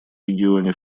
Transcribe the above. регионе